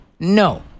No